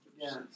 Yes